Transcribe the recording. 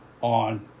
on